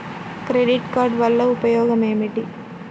Credit card వల్ల ఉపయోగం ఏమిటీ?